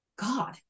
God